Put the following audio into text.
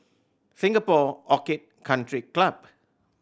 Singapore Orchid Country Club